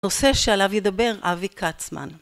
נושא שעליו ידבר אבי כצמן